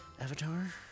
Avatar